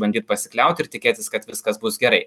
bandyt pasikliaut ir tikėtis kad viskas bus gerai